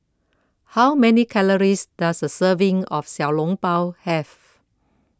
how many calories does a serving of Xiao Long Bao have